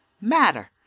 matter